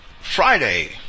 Friday